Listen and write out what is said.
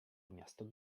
miasto